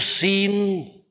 seen